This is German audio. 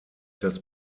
das